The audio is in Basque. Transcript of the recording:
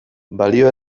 balio